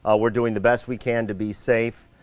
ah we're doing the best we can to be safe.